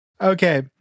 Okay